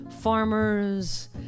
farmers